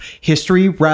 history